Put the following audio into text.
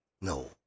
No